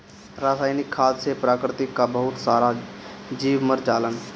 रासायनिक खाद से प्रकृति कअ बहुत सारा जीव मर जालन